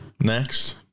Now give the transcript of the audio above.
Next